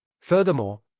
Furthermore